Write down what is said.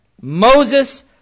Moses